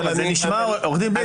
עו"ד בליי,